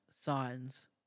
signs